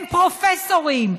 הם פרופסורים,